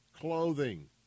Clothing